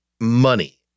money